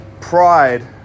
pride